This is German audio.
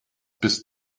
bist